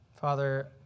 Father